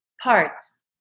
parts